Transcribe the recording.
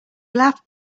laughed